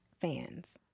fans